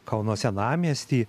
kauno senamiestį